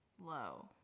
low